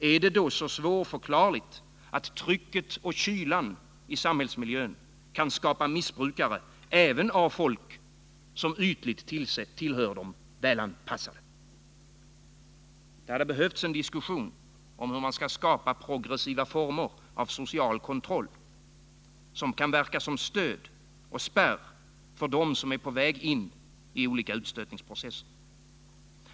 Är det då så svårförklarligt att trycket och kylan i samhällsmiljön kan skapa missbrukare även av folk som ytligt sett tillhör de välanpassade? Det hade behövts en diskussion om hur man skall skapa progressiva former av social kontroll, som kan verka som stöd och spärr för dem som är på väg in i olika utstötningsprocesser.